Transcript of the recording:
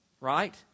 Right